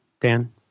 Dan